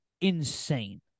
insane